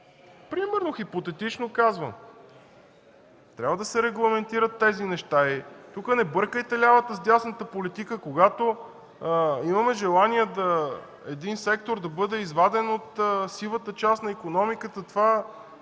Примерно, хипотетично казвам. Трябва да се регламентират тези неща. Тук не бъркайте лявата с дясната политика, защото, когато имаме желание един сектор да бъде изваден от сивата част на икономиката, това по